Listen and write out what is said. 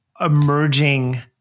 emerging